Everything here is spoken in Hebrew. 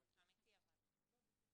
רבותי, אין לנו כסף לעמוד בכל המטרה הזו.